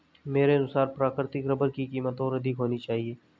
मेरे अनुसार प्राकृतिक रबर की कीमत और अधिक होनी चाहिए